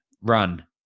run